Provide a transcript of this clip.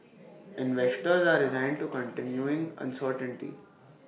investors are resigned to continuing uncertainty